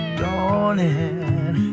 dawning